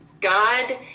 God